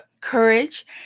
courage